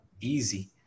easy